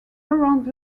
around